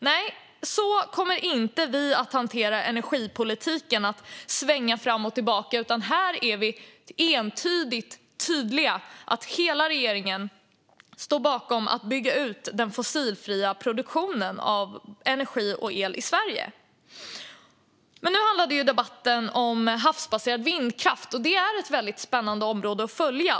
Nej, så kommer inte vi att hantera energipolitiken - att svänga fram och tillbaka - utan här är vi entydigt tydliga med att hela regeringen står bakom att bygga ut den fossilfria produktionen av energi och el i Sverige. Men nu handlar debatten om havsbaserad vindkraft, och det är ett väldigt spännande område att följa.